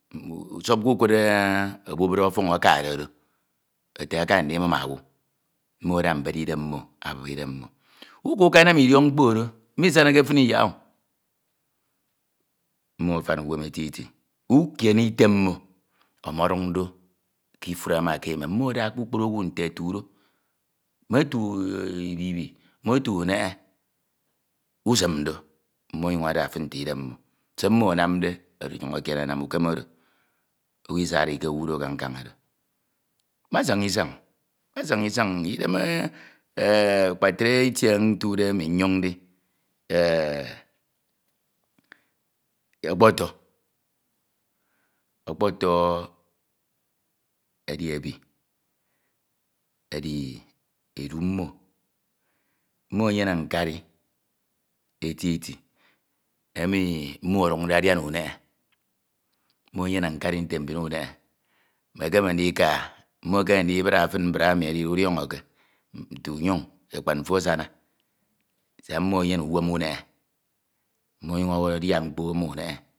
usipke ukud obubid akade do ete aka ndimum owu, mmo ada mbed idem mmo abiep idem mmo uka ukanam idiok mkpo do. Mmo isanke fin iyak o, mmo afan uwem eti eti. Ikene Item mmo, ọmọduñ do ke inube ma ke ewem. Mmo eda kpukpnu owu nte etu do. Me etu Ibibi, me etu unebe, usim do, mmo. se mmo anamde ọnyuñ ekiene anam ukam oro. ọwu isarike owu do ke nkan oro. Mma saña isan, mma saña isan ideme akpatre itie ntude emi nyoñ ndi. Ọkpọtọ, ọkpoto edi ebi, edi edu mmo, mmo enyene nkuri eti eti emi mmo oduñde adina unehe. Mmo eneyene nkame nte mbin unebe, emekeme ndika, mmo ekeme ndibra fin nibra e mi edide udiọñọke utu unyuñ ekfad mfo asana, Siak mmo enyene umem umebe, mmo ọnyuñ adia mkpo ma unehe.